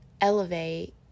elevate